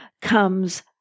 comes